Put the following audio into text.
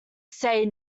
say